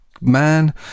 man